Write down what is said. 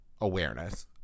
awareness